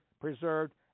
preserved